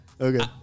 Okay